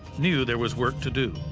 knew there was work to do.